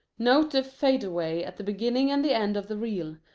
note the fadeaway at the beginning and the end of the reel,